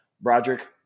Broderick